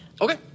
Okay